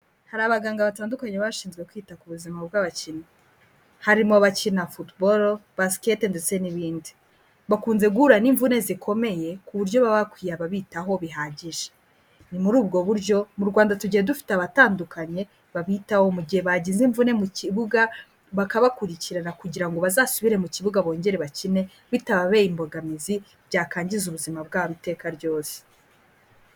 Hari abaganga batandukanye baba bashinzwe kwita ku buzima bw'abakinnyi. Harimo abakina Football, Basket ndetse n'ibindi. Bakunze guhura n'imvune zikomeye ku buryo baba bakwiye ababitaho bihagije. Ni muri ubwo buryo, mu Rwanda tugiye dufite abatandukanye babitaho mu gihe bagize imvune mu kibuga, bakabakurikirana kugira ngo bazasubire mu kibuga bongere bakine bitababera imbogamizi byakwangiza ubuzima bwabo iteka ryose.